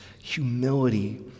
humility